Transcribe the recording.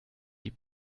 die